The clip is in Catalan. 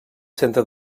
centre